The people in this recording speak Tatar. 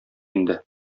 инде